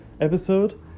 episode